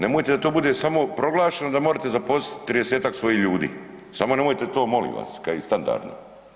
Nemojte da to bude samo proglašeno da morete zaposliti 30-ak svojih ljudi, samo nemojte to molim vas kao i standardno.